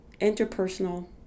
interpersonal